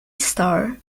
star